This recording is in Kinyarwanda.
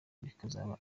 bikazaba